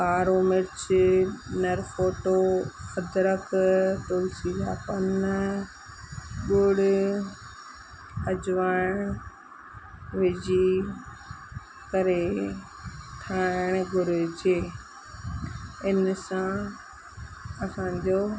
कारो मिर्चु नर फ़ोटो अदरक तुलसी जा पन ॻुड़ु अजवाइन विझी करे ठाहिणु घुरिजे इनसां असांजो